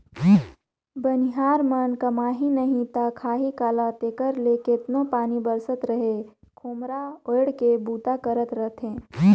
बनिहार मन कमाही नही ता खाही काला तेकर ले केतनो पानी बरसत रहें खोम्हरा ओएढ़ के बूता करत रहथे